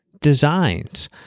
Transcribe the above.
designs